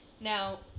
Now